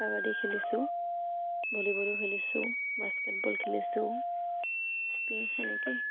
কাবাডী খেলিছোঁ ভলীবলো খেলিছোঁ বাস্কেটবল খেলিছোঁ স্পিং তেনেকেই